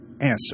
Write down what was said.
answer